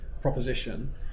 proposition